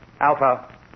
Alpha